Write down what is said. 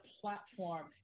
platform